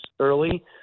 early